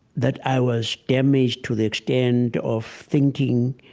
that i was damaged to the extent of thinking